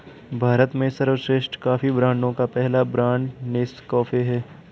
भारत में सर्वश्रेष्ठ कॉफी ब्रांडों का पहला ब्रांड नेस्काफे है